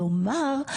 כלומר,